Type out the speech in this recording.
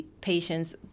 patients